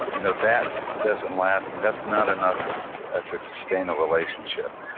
you know that doesn't last, and that's not enough to ah to sustain a relationship.